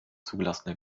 zugelassene